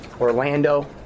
Orlando